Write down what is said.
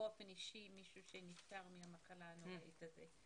באופן אישי מישהו שנפטר מהמחלה הנוראית הזאת.